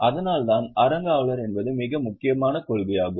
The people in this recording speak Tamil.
அதனால்தான் அறங்காவலர் என்பது மிக முக்கியமான கொள்கையாகும்